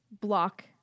block